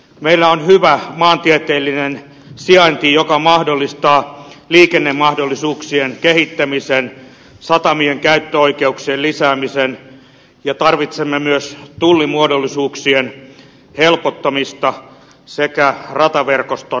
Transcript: meillä on hyvä maantieteellinen sijainti joka mahdollistaa liikennemahdollisuuksien kehittämisen satamien käyttöoikeuksien lisäämisen ja tarvitsemme myös tullimuodollisuuksien helpottamista sekä rataverkoston kehittämistä